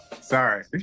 Sorry